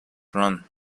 run